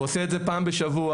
ועושה את זה פעם בשבוע,